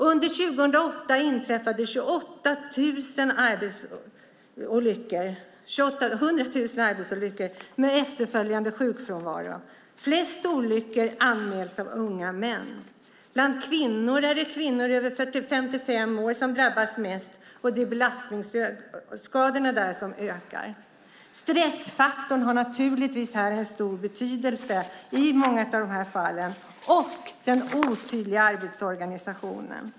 Under 2008 inträffade 100 000 arbetsolyckor med efterföljande sjukfrånvaro. Flest olyckor anmäls av unga män. Bland kvinnor är det kvinnor över 55 år som drabbas mest. Där är det belastningsskadorna som ökar. Stressfaktorn har naturligtvis här en stor betydelse i många av fallen och den otydliga arbetsorganisationen.